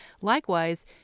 Likewise